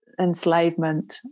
enslavement